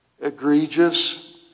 egregious